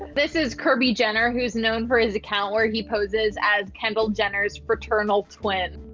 this is kirby jenner, who's known for his account, where he poses as kendall jenner's fraternal twin.